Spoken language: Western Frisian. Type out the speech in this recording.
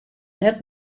net